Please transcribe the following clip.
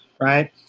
right